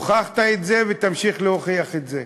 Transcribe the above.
הוכחת את זה ותמשיך להוכיח את זה.